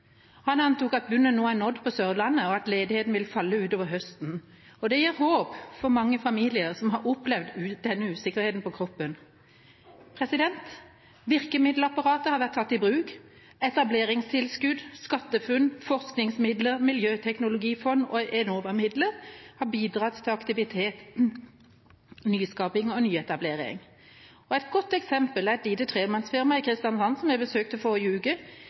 Han antok at bunnen nå er nådd på Sørlandet, og at ledigheten vil falle utover høsten. Det gir håp for mange familier som har opplevd denne usikkerheten på kroppen. Virkemiddelapparatet har vært tatt i bruk, etableringstilskudd, SkatteFUNN, forskningsmidler, miljøteknologifond og Enova-midler har bidratt til aktivitet, nyskaping og nyetablering. Et godt eksempel er et lite tremannsfirma i Kristiansand som jeg besøkte forrige uke, der tre ingeniører driver produktutvikling for olje- og energibransjen. De